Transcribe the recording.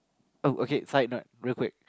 oh okay side note real quick